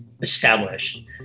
established